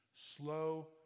slow